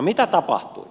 mitä tapahtui